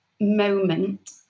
moment